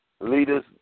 leaders